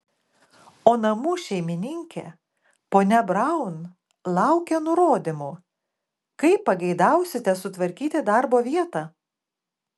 o namų šeimininkė ponia braun laukia nurodymų kaip pageidausite sutvarkyti darbo vietą